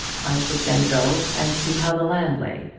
i should then go and see how the land lay.